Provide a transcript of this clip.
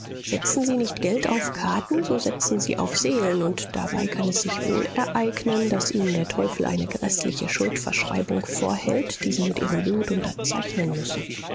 setzen sie nicht geld auf karten so setzen sie auf seelen und dabei kann es sich wohl ereignen daß ihnen der teufel eine gräßliche schuldverschreibung vorhält die sie mit ihrem blut unterzeichnen müssen